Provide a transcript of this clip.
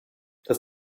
das